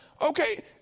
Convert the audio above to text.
Okay